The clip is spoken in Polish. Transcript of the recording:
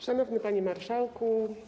Szanowny Panie Marszałku!